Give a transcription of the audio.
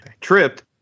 tripped